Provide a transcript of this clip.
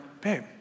babe